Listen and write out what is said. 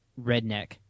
redneck